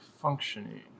functioning